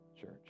church